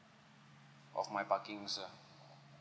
of my parkings lah